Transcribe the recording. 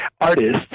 artists